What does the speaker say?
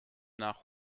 nach